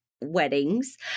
weddings